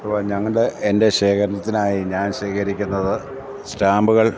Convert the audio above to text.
ഇപ്പോള് എൻ്റെ ശേഖരത്തിനായി ഞാൻ ശേഖരിക്കുന്നത് സ്റ്റാമ്പുകൾ